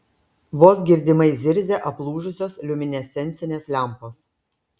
vos girdimai zirzia aplūžusios liuminescencinės lempos